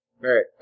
right